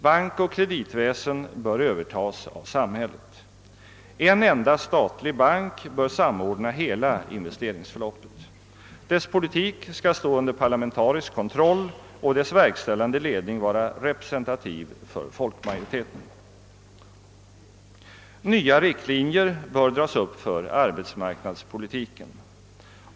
Bankoch kreditväsen bör övertagas av samhället. En enda statlig bank bör samordna hela investeringsförloppet. Dess politik skall stå under parlamentarisk kontroll och dess verkställande ledning vara representativ för folkmajoriteten. Nya riktlinjer bör dras upp för arbetsmarknadspolitiken.